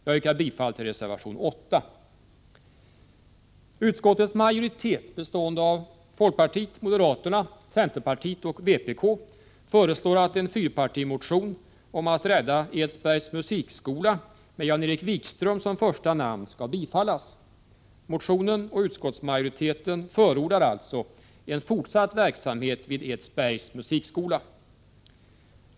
Jag yrkar bifall till reservation 8. Utskottets majoritet bestående av folkpartiet, moderaterna, centerpartiet och vpk tillstyrker en fyrpartimotion med Jan-Erik Wikström som första namn om att rädda Edsbergs musikskola. Motionen och utskottsmajoriteten förordar alltså en fortsatt verksamhet vid Edsbergs musikskola.